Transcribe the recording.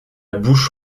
bouche